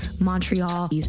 Montreal